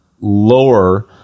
lower